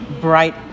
bright